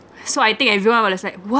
so I think everyone wa~ was like